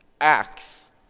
Acts